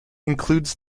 includes